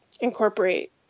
incorporate